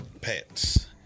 Pets